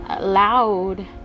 loud